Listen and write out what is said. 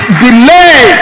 delay